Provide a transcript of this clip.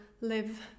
live